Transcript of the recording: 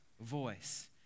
voice